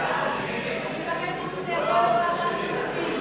ההצעה להעביר